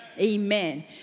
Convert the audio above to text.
Amen